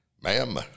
Ma'am